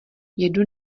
jedu